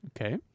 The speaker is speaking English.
Okay